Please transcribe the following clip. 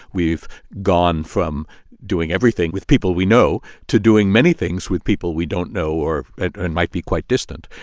we've gone from doing everything with people we know to doing many things with people we don't know or and might be quite distant.